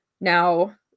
now